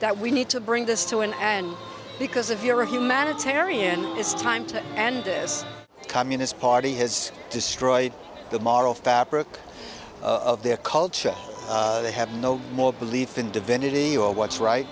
that we need to bring this to an end because if you're a humanitarian it's time to and this communist party has destroyed the moral fabric of their culture they have no more belief in divinity or what's right